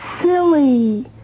silly